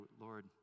Lord